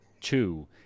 Two